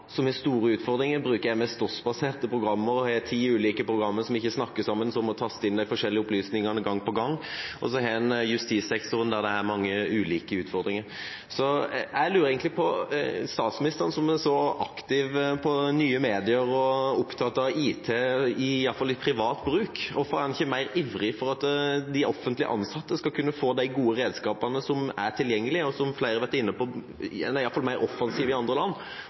må taste inn de forskjellige opplysningene gang på gang. Så har en justissektoren der de har mange ulike utfordringer. Jeg lurer egentlig på: Hvorfor er ikke statsministeren, som er så aktiv på nye medier og opptatt av IT, i alle fall i privat bruk, mer ivrig for at de offentlig ansatte skal kunne få de gode redskapene som er tilgjengelig? Som flere har vært inne på, er de i alle fall mer offensive i andre land.